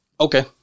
Okay